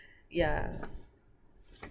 yeah